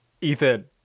Ethan